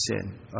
sin